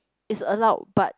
it's allowed but